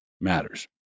matters